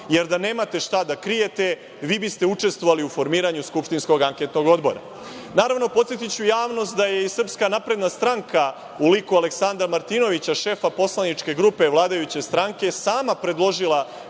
jer da nemate šta da krijete vi biste učestvovali u formiranju skupštinskog anketnog odbora. Naravno, podsetiću javnost da je i SNS u liku Aleksandra Martinovića, šefa poslaničke grupe vladajuće stranke sama predložila